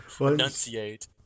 enunciate